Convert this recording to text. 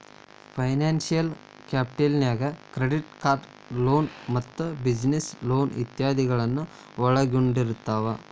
financial capital ನ್ಯಾಗ್ credit card loan ಮತ್ತ business loan ಇತಾದಿಗಳನ್ನ ಒಳ್ಗೊಂಡಿರ್ತಾವ